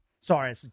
Sorry